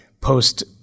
post